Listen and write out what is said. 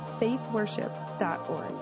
faithworship.org